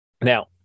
Now